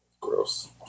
Gross